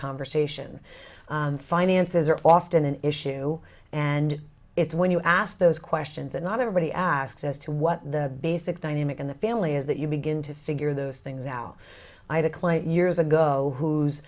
conversation finances are often an issue and it's when you ask those questions that not everybody asks as to what the basic dynamic in the family is that you begin to figure those things out i declaimed years ago whose